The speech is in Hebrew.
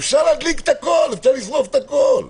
אפשר להדליק את הכול, אפשר לשרוף את הכול.